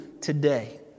today